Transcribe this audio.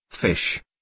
fish